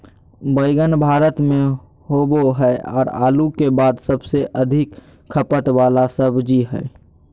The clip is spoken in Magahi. बैंगन भारत में होबो हइ और आलू के बाद सबसे अधिक खपत वाला सब्जी हइ